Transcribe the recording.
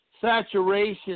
saturation